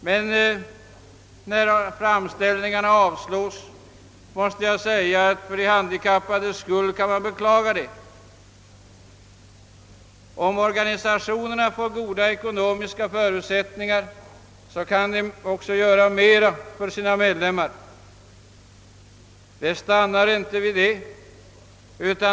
Men när framställningarna avslås måste man för de handikappades skull beklaga det, ty om organisationerna får goda ekonomiska förutsättningar kan de göra ännu mera för de handikappade.